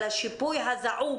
על השיפוי הזעום